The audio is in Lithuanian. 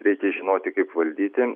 reikia žinoti kaip valdyti